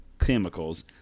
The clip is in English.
chemicals